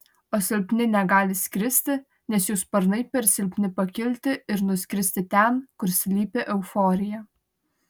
o silpni negali skristi nes jų sparnai per silpni pakilti ir nuskristi ten kur slypi euforija